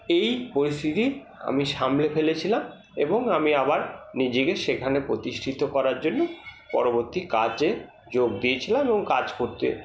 এই পরিস্থিতি আমি সামলে ফেলেছিলাম এবং আমি আবার নিজেকে সেখানে প্রতিষ্ঠিত করার জন্য পরবর্তী কাজে যোগ দিয়েছিলাম এবং কাজ করতে